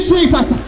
Jesus